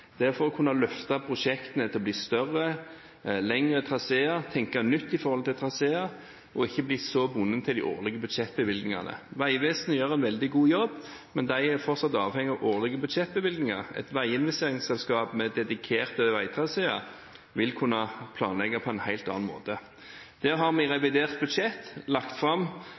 Det er for å kunne løfte prosjektene til å bli større, med lengre traseer, kunne tenke nytt når det gjelder traseer og ikke bli så bundet til de årlige budsjettbevilgningene. Vegvesenet gjør en veldig god jobb, men de er fortsatt avhengig av årlige budsjettbevilgninger. Et veiinvesteringsselskap med dedikerte veitraseer vil kunne planlegge på en helt annen måte. Vi har i revidert budsjett lagt fram